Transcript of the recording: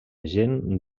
gent